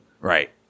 Right